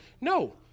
No